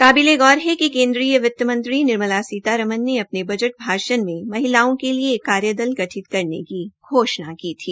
काबिले गौर है कि केन्द्र वित्त मंत्री निर्मला सीतारमन ने अपने बजट भाषण में महिलाओं के लिए एक कार्यदल गठित करने की घोषणा की थी